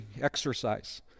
exercise